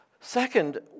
Second